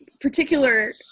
particular